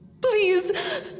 Please